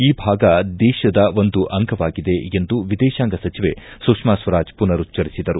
ಈ ಭಾಗ ದೇಶದ ಒಂದು ಅಂಗವಾಗಿದೆ ಎಂದು ವಿದೇಶಾಂಗ ಸಚಿವೆ ಸುಷ್ನಾ ಸ್ವರಾಜ್ ಪುನರುಚ್ಚರಿಸಿದರು